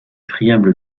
friable